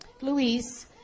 Luis